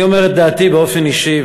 אני אומר את דעתי באופן אישי,